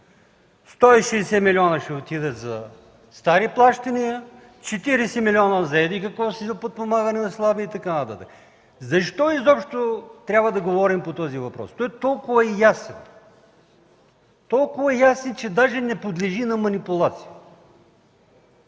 160 милиона ще отидат за стари плащания, 40 милиона – за подпомагане на социално слаби и така нататък. Защо изобщо трябва да говорим по този въпрос? Той е толкова ясен! Той е толкова ясен, че даже не подлежи на манипулация.